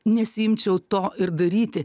nesiimčiau to ir daryti